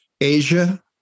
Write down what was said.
Asia